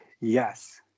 Yes